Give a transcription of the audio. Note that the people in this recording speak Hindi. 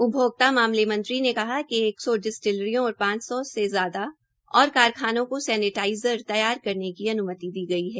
उपभोक्ता मामले मंत्री ने कहा कि एक सौ डिसटिलरियों और पांच सौ से ज्यादा और कारखानों को सेनेटाईजर तैयार करने की अनुमति दी गई है